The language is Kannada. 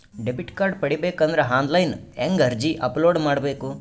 ಡೆಬಿಟ್ ಕಾರ್ಡ್ ಪಡಿಬೇಕು ಅಂದ್ರ ಆನ್ಲೈನ್ ಹೆಂಗ್ ಅರ್ಜಿ ಅಪಲೊಡ ಮಾಡಬೇಕು?